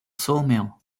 sawmill